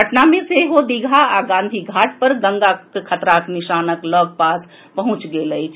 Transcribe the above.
पटना मे सेहो दीघा आ गांधी घाट पर गंगा खतराक निशानक लऽग पास पहुंचि गेल अछि